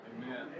Amen